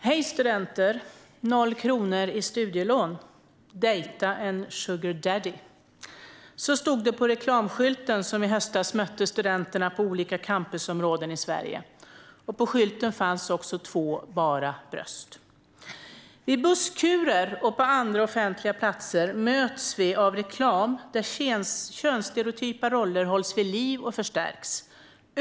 Herr talman! "Hej studenter! 0,- i studielån? Dejta en sugar daddy!" Så stod det på en reklamskylt som i höstas mötte studenterna på olika campusområden i Sverige. På skylten fanns också två bara bröst. I busskurer och på andra offentliga platser möts vi av reklam där könsstereotypa roller hålls vid liv och förstärks.